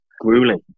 grueling